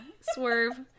Swerve